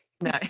No